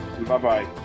Bye-bye